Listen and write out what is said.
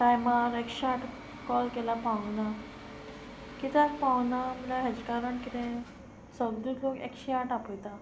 टायमार एकशे आट कॉल केल्यार पावना कित्याक पावना म्हळ्यार हेजें कारण कितें सगळें लोक एकशें आठ आपयता